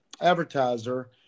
advertiser